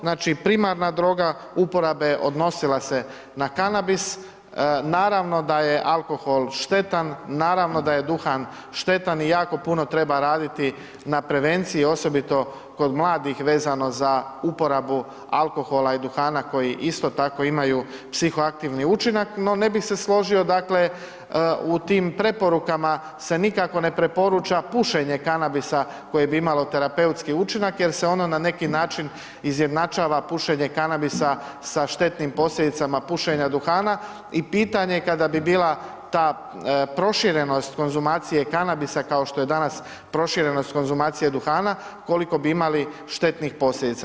Znači, primarna droga uporabe odnosila se na kanabis, naravno da je alkohol štetan, naravno da je duhan štetan i jako puno treba raditi na prevenciji, osobito kod mladih vezano za uporabu alkohola i duhana koji isto tako imaju psihoaktivni učinak, no ne bih se složio, dakle, u tim preporukama se nikako ne preporuča pušenje kanabisa koji bi imalo terapeutski učinak jer se ono na neki način izjednačava pušenje kanabisa sa štetnim posljedicama pušenja duhana i pitanje je kada bi bila ta proširenost konzumacije kanabisa kao što je danas proširenost konzumacije duhana koliko bi imali štetnih posljedica.